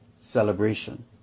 celebration